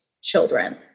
children